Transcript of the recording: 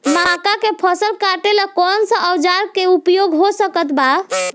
मक्का के फसल कटेला कौन सा औजार के उपयोग हो सकत बा?